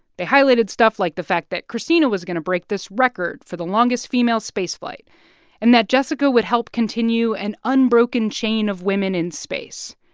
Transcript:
they highlighted stuff like the fact that christina was going to break this record for the longest female spaceflight and that jessica would help continue an unbroken chain of women in space.